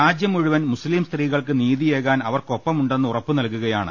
രാജ്യം മുഴുവൻ മുസ്ലിം സ്ത്രീകൾക്ക് നീതിയയേകാൻ അവർക്കൊപ്പമുണ്ടെ ന്ന് ഉറപ്പു നൽകുകയാണ്